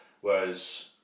whereas